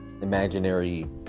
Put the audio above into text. imaginary